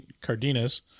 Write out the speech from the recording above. Cardenas